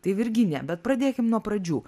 tai virginija bet pradėkim nuo pradžių